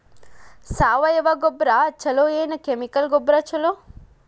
ಸಾವಯವ ಗೊಬ್ಬರ ಛಲೋ ಏನ್ ಕೆಮಿಕಲ್ ಗೊಬ್ಬರ ಛಲೋ?